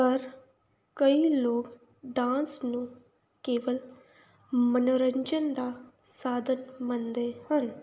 ਪਰ ਕਈ ਲੋਕ ਡਾਂਸ ਨੂੰ ਕੇਵਲ ਮਨੋਰੰਜਨ ਦਾ ਸਾਧਨ ਮੰਨਦੇ ਹਨ